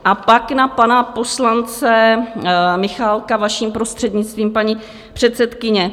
A pak na pana poslance Michálka, vaším prostřednictvím, paní předsedkyně.